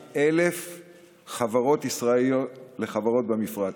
מ-1,000 חברות ישראליות לחברות במפרץ.